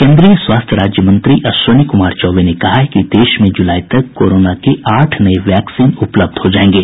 केन्द्रीय स्वास्थ्य राज्य मंत्री अश्विनी कुमार चौबे ने कहा है कि देश में जुलाई तक कोरोना के आठ नये वैक्सीन उपलब्ध हो जायेंगे